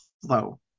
flow